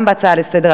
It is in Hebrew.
וגם בהצעה לסדר,